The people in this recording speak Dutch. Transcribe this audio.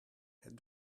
het